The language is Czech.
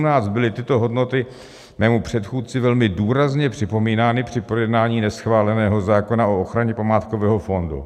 V roce 2017 byly tyto hodnoty mému předchůdci velmi důrazně připomínány při projednání neschváleného zákona o ochraně památkového fondu.